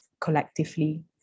collectively